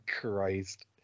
Christ